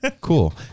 cool